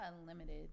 unlimited